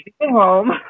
home